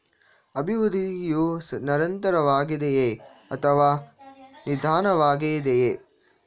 ಅಭಿವೃದ್ಧಿಯು ನಿರಂತರವಾಗಿದೆಯೇ ಅಥವಾ ನಿಧಾನವಾಗಿದೆಯೇ?